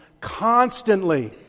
constantly